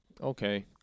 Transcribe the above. okay